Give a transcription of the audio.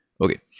Okay